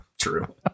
true